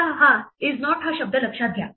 आता हा 'is not' हा शब्द लक्षात घ्या